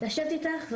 לשבת איתך,